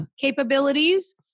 capabilities